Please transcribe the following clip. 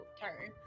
turn